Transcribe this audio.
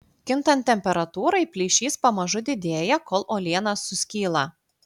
kintant temperatūrai plyšys pamažu didėja kol uoliena suskyla